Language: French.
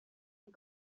est